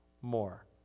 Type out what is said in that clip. more